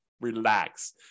relax